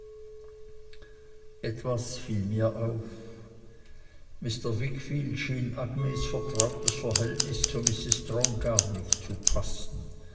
etwas fiel mir auf mr wickfield schien agnes vertrautes verhältnis zu mrs strong gar nicht zu passen